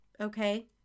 okay